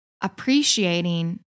appreciating